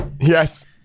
Yes